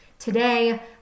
Today